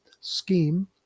scheme